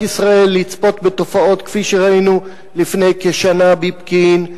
ישראל לצפות בתופעות כפי שראינו לפני כשנה בפקיעין,